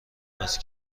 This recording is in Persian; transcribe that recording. است